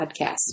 podcast